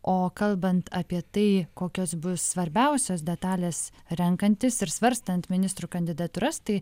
o kalbant apie tai kokios bus svarbiausios detalės renkantis ir svarstant ministrų kandidatūras tai